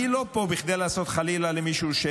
אני לא פה כדי לעשות חלילה שיימינג למישהו,